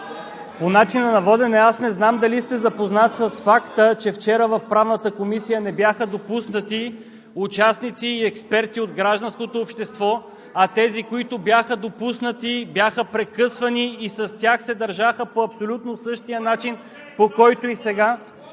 По начина на водене – не знам дали сте запознат с факта, че вчера в Правната комисия не бяха допуснати участници и експерти от гражданското общество, а тези, които бяха допуснати, бяха прекъсвани и с тях се държаха по абсолютно същия начин, по който и сега?